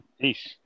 Peace